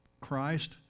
Christ